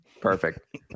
Perfect